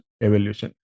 evolution